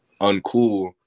uncool